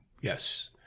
Yes